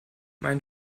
mein